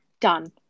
done